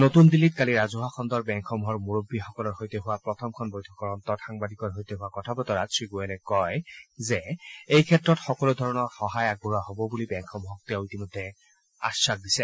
নতুন দিল্লীত কালি ৰাজহুৱা খণ্ডৰ বেংকসমূহৰ মূৰব্বী সকলৰ সৈতে হোৱা প্ৰথমখন বৈঠকৰ অন্তত সাংবাদিকৰ সৈতে হোৱা কথা বতৰাত শ্ৰীগোৱেলে কয় যে এইক্ষেত্ৰত সকলোধৰণৰ সহায় আগবঢ়োৱা হ'ব বুলি বেংকসমূহক তেওঁ আখাস দিছে